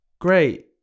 great